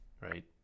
right